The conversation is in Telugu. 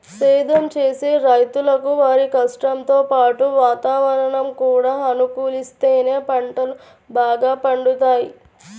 సేద్దెం చేసే రైతులకు వారి కష్టంతో పాటు వాతావరణం కూడా అనుకూలిత్తేనే పంటలు బాగా పండుతయ్